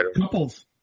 couples